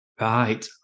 Right